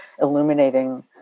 illuminating